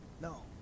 no